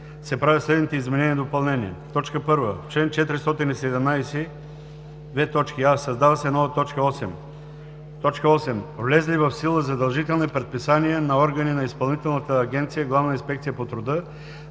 се правят следните изменения и допълнения: 1. В чл. 417: а) създава се нова т. 8: „8. влезли в сила задължителни предписания на органи на Изпълнителна агенция „Главна инспекция по труда“